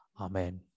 Amen